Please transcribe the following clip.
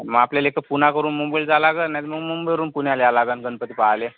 म आपल्याला एक तर पुणे करून मुंबईत जावं लागन नाही तर मुंबईवरून पुण्याला यायला लागन गणपती पाहायला